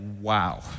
wow